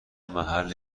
محل